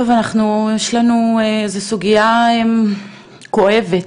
טוב, זאת סוגיה כואבת,